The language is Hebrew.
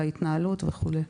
להתנהלות וכדומה.